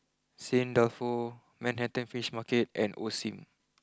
St Dalfour Manhattan Fish Market and Osim